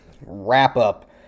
wrap-up